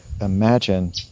imagine